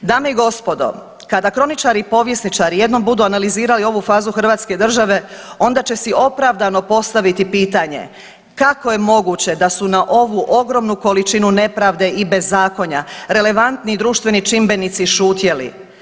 Dame i gospodo kada kroničari i povjesničari jednom budu analizirali ovu fazu Hrvatske države onda će si opravdano postaviti pitanje kako je moguće da su na ovu ogromnu količinu nepravde i bezakonja relevantni društveni čimbenici šutjeli?